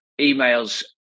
emails